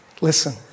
Listen